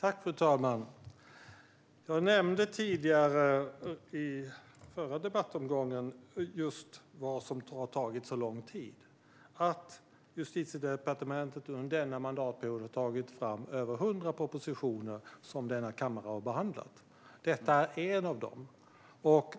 Fru talman! Jag nämnde tidigare, i den förra replikomgången, vad det är som har tagit så lång tid: Justitiedepartementet har under denna mandatperiod tagit fram över 100 propositioner som denna kammare har behandlat. Detta är en av dem.